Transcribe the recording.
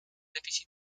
defizit